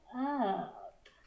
up